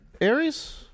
Aries